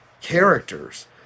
characters